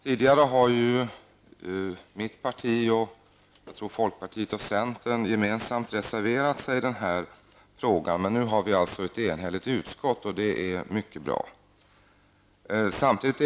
Tidigare har ju mitt parti, och även folkpartiet och centern jag gemensamt tror jag, reserverat sig i den här frågan, men nu har vi alltså ett enhälligt utskott, och det är mycket bra. Fru talman!